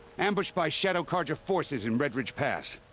ambushed by shadow carja forces in red ridge pass.